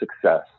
success